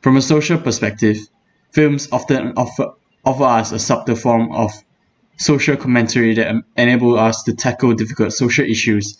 from a social perspective films often offer offer us a subtle form of social commentary that e~ enable us to tackle difficult social issues